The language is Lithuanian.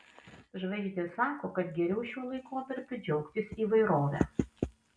žvaigždės sako kad geriau šiuo laikotarpiu džiaugtis įvairove